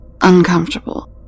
uncomfortable